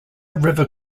river